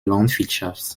landwirtschaft